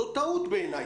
זו טעות בעיניי.